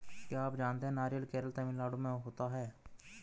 क्या आप जानते है नारियल केरल, तमिलनाडू में होता है?